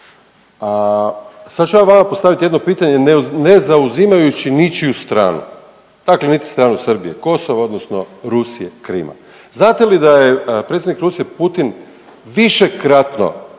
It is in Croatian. Sad ću ja vama postavit jedno pitanje ne zauzimajući ničiju stranu, dakle niti stranu Srbije, Kosova odnosno Rusije, Krima. Znate li da je predsjednik Rusije Putin višekratno